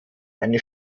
eine